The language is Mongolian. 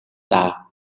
даа